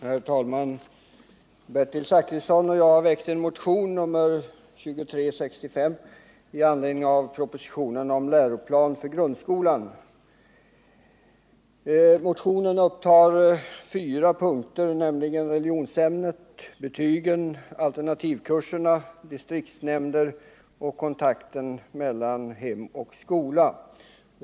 Herr talman! Bertil Zachrisson och jag har väckt en motion, nr 2635, med anledning av propositionen om läroplan för grundskolan. Motionen upptar fem punkter, nämligen religionsämnet, betygen, alternativkurserna, distriktshämnder och kontakten mellan hem och skola.